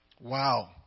wow